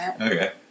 Okay